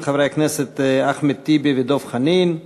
של חברי הכנסת אחמד טיבי ודב חנין.